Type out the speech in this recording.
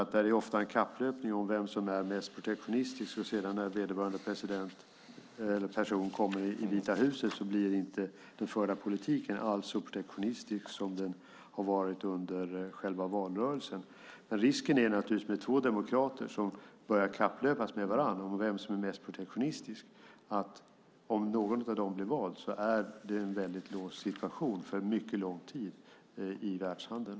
Där är det ofta en kapplöpning om vem som är mest protektionistisk, och sedan, när vederbörande person kommer till Vita huset, blir inte den förda politiken alls så protektionistisk som den har varit under själva valrörelsen. Men risken är naturligtvis, med två demokrater som börjar kapplöpa med varandra om vem som är mest protektionistisk, att om någon av dem blir vald så är situationen låst för en mycket lång tid i världshandeln.